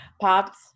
Pops